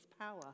power